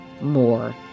more